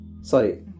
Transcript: Sorry